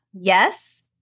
Yes